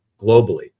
globally